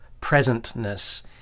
presentness